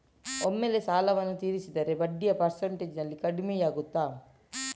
ಒಮ್ಮೆಲೇ ಸಾಲವನ್ನು ತೀರಿಸಿದರೆ ಬಡ್ಡಿಯ ಪರ್ಸೆಂಟೇಜ್ನಲ್ಲಿ ಕಡಿಮೆಯಾಗುತ್ತಾ?